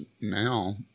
now